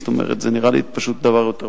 זאת אומרת, זה נראה לי פשוט דבר יותר פשוט.